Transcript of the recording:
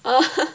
ah